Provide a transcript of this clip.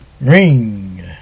ring